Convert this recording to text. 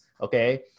okay